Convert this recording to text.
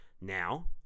now